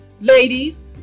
Ladies